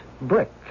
Brick